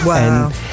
Wow